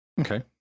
Okay